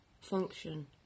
function